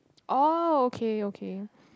oh okay okay